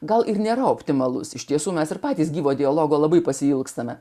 gal ir nėra optimalus iš tiesų mes ir patys gyvo dialogo labai pasiilgstame